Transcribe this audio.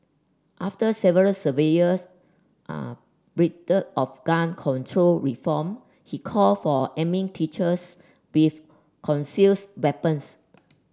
after several survivors pleaded of gun control reform he called for arming teachers with conceals weapons